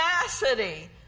tenacity